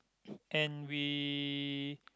and we